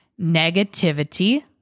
negativity